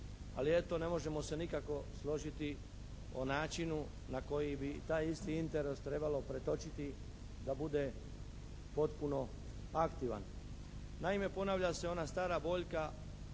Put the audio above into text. ali eto ne možemo se nikako složiti o načinu na koji bi taj isti interes trebalo pretočiti da bude potpuno aktivan. Naime ponavlja se ona stara boljka.